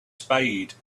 spade